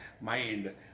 mind